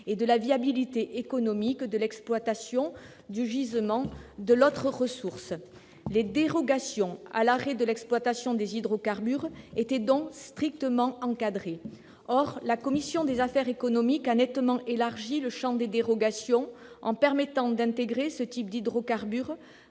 et de la viabilité économique de l'exploitation du gisement de l'autre ressource. Les dérogations à l'arrêt de l'exploitation des hydrocarbures étaient donc strictement encadrées. Or la commission des affaires économiques a nettement élargi le champ des dérogations en permettant d'intégrer ce type d'hydrocarbures